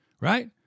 Right